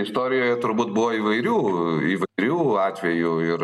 istorijoje turbūt buvo įvairių įvairių atvejų ir